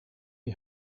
you